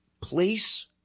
place